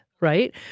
right